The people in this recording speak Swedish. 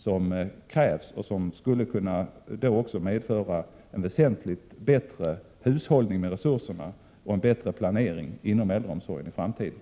Den kommer, om den genomförs, att medföra en väsentlig hushållning med resurserna och en bättre framtida planering inom äldreomsorgen.